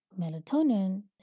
Melatonin